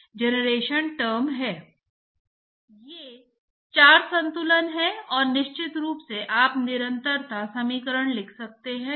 तो 3 गुणा 10 पावर 6 जो कि टर्बूलेंट शासन है और बीच में कहीं भी मध्यवर्ती शासन कहलाता है